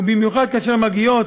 ובמיוחד כאשר מגיעות